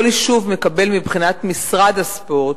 מבחינת משרד הספורט,